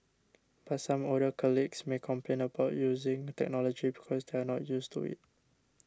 but some older colleagues may complain about using technology because they are not used to it